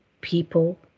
people